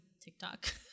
TikTok